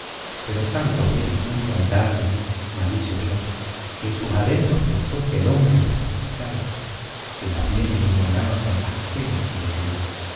pero tantos bienes juntos al darle malicio yo que en sus adentros pensó que el hombre los precisaba que los bienes igualaba con las penas que le dio